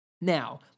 Now